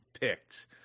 picked